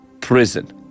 prison